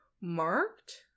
Marked